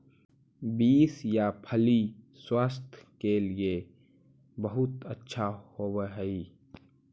beans या फली स्वास्थ्य के लिए बहुत अच्छा होवअ हई